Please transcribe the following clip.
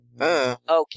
Okay